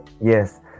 yes